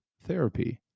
therapy